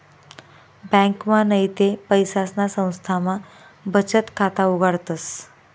ब्यांकमा नैते पैसासना संस्थामा बचत खाता उघाडतस